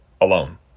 alone